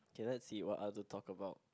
okay let's see what other talk about